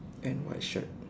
and white shirt